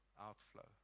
outflow